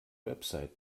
website